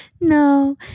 no